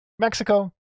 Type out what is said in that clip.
Mexico